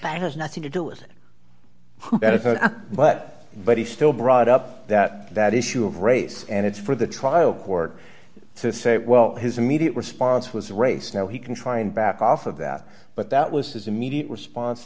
has nothing to do it but but he still brought up that that issue of race and it's for the trial court to say well his immediate response was race now he can try and back off of that but that was his immediate response